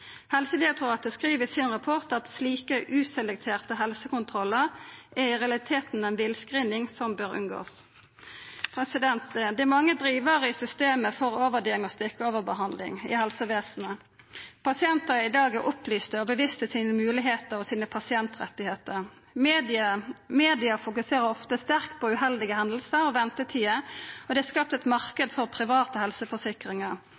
Helsedirektoratet skriv i sin rapport at slike uselekterte helsekontrollar i realiteten er villscreening som ein bør unngå. Det er mange drivarar i systemet for overdiagnostikk og overbehandling i helsevesenet. Pasientar i dag er opplyste og medvitne om sine moglegheiter og pasientrettar. Media fokuserer ofte sterkt på uheldige hendingar og ventetider, og det er skapt